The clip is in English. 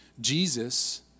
Jesus